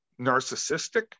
narcissistic